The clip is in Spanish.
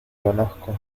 conozco